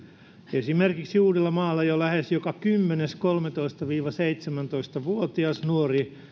esimerkiksi uudellamaalla jo lähes joka kymmenes kolmetoista viiva seitsemäntoista vuotias nuori